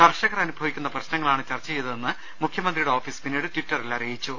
കർഷകർ അനുഭവിക്കുന്ന പ്രശ്നങ്ങളാണ് ചർച്ച ചെയ്തതെന്ന് മുഖ്യമന്ത്രിയുടെ ഓഫീസ് പിന്നീട് ടിറ്ററിൽ അറിയിച്ചു